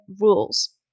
rules